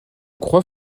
croix